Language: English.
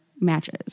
matches